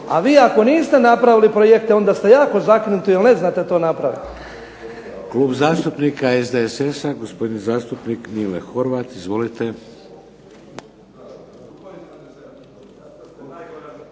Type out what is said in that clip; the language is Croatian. A vi ako niste napravili projekte onda ste jako zakinuti jer ne znate to napraviti. **Šeks, Vladimir (HDZ)** Klub zastupnika SDSS-a, gospodin zastupnik Mile Horvat. Izvolite.